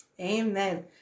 Amen